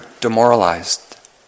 demoralized